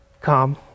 come